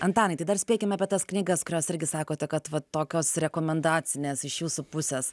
antanai tai dar spėkim apie tas knygas kurios irgi sakote kad va tokios rekomendacinės iš jūsų pusės